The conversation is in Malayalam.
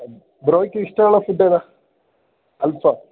ബ്രോയ്ക്ക് ഇഷ്ടമുള്ള ഫുഡേതാണ് അൽഫാം